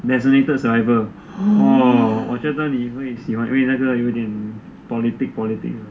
designated survivor orh 我觉得你会喜欢因为这个有点 politics politics 的